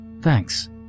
thanks